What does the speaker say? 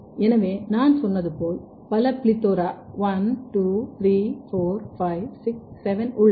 எனவே நான் சொன்னது போல் பல PLETHORA 1 2 3 4 5 6 7 உள்ளன